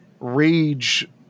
rage